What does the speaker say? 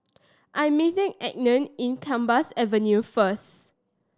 I am meeting Enid in Gambas Avenue first